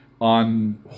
on